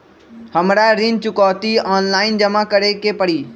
हमरा ऋण चुकौती ऑनलाइन जमा करे के परी?